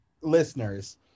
Listeners